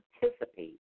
participate